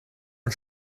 und